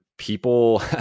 People